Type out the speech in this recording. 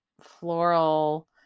floral